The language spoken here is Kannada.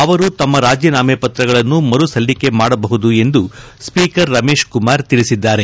ಅವರು ತಮ್ಮ ರಾಜೀನಾಮೆ ಪತ್ರಗಳನ್ನು ಮರು ಸಲ್ಲಿಕೆ ಮಾಡಬಹುದು ಎಂದು ಸ್ವೀಕರ್ ರಮೇಶ್ ಕುಮಾರ್ ತಿಳಿಸಿದ್ದಾರೆ